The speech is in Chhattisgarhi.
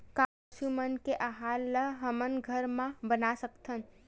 का पशु मन के आहार ला हमन घर मा बना सकथन?